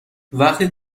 وقتی